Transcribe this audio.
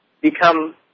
become